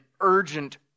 urgent